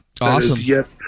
Awesome